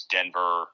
Denver